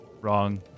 Wrong